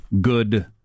good